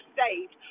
saved